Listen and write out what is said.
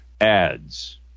ads